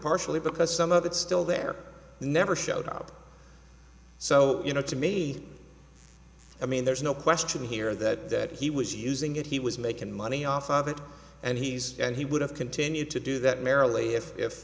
partially because some of it still there never showed up so you know to me i mean there's no question here that he was using it he was making money off of it and he's and he would have continued to do that merrily if if